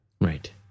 Right